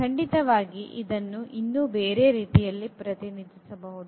ಖಂಡಿತವಾಗಿಗಿ ಇದನ್ನು ಇನ್ನು ಬೇರೆ ರೀತಿಯಲ್ಲಿ ಪ್ರತಿನಿಧಿಸಬಹುದು